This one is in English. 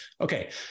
Okay